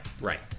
right